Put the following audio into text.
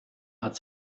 hat